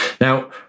Now